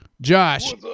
Josh